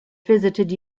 visited